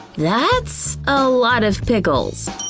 that's a lot of pickles!